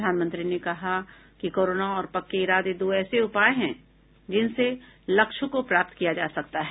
प्रधानमंत्री ने कहा कि करुणा और पक्के इरादे दो ऐसे उपाय है जिनसे लक्ष्यों को प्राप्त किया जा सकता है